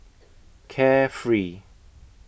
Carefree